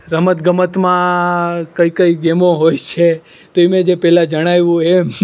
રમત ગમતમાં કઈ કઈ ગેમો હોય છે તો એ મેં જે પહેલાં જણાવ્યું એમ